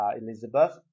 Elizabeth